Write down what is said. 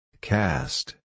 Cast